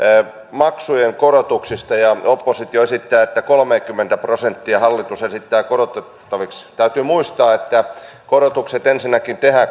maksujen korotuksista ja oppositio esittää että kolmekymmentä prosenttia hallitus esittää korotettavaksi täytyy muistaa että korotukset ensinnäkin tehdään